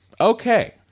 okay